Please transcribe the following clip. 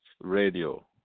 Radio